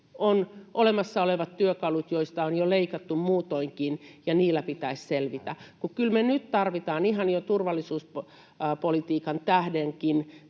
On olemassa olevat työkalut, joista on jo leikattu muutoinkin, ja niillä pitäisi selvitä. Kyllä meidän nyt tarvitsee ihan jo turvallisuuspolitiikan tähdenkin